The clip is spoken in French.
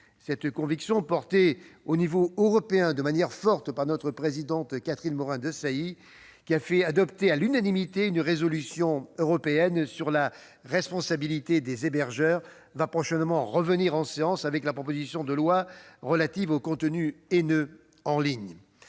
Cette conviction, soutenue à l'échelon européen de manière forte par notre présidente, Catherine Morin-Desailly, qui a fait adopter à l'unanimité une résolution européenne sur la responsabilité des hébergeurs, sera prochainement réaffirmée en séance avec la proposition de loi visant à lutter contre les